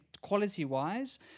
quality-wise